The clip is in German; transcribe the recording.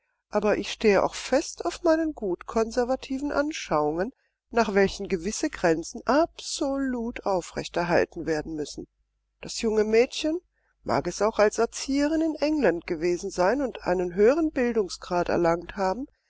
aber ich stehe auch fest auf meinen gut konservativen anschauungen nach welchen gewisse grenzen absolut aufrecht erhalten werden müssen das junge mädchen mag es auch als erzieherin in england gewesen sein und einen höheren bildungsgrad erlangt haben